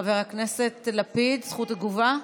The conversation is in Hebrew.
חבר הכנסת לפיד, זכות התגובה?